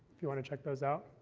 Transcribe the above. if you want to check those out.